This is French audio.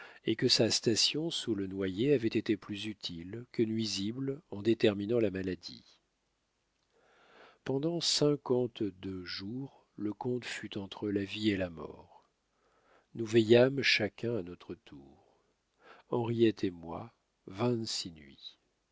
et que sa station sous le noyer avait été plus utile que nuisible en déterminant la maladie pendant cinquante-deux jours le comte fut entre la vie et la mort nous veillâmes chacun à notre tour henriette et moi